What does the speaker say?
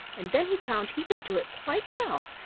and then he found he could do it quite well,